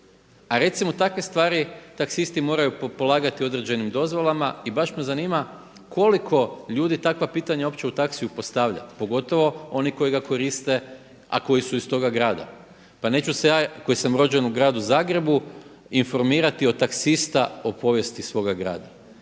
a recimo takve stvari taksisti moraju polagati u određenim dozvolama. I baš me zanima koliko ljudi takva pitanja uopće u taksiju postavlja pogotovo oni koji ga koriste a koji su iz toga grada. Pa neću se ja koji sam rođen u gradu Zagrebu informirati od taksista o povijesti svoga grada.